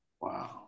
Wow